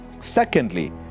Secondly